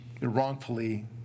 wrongfully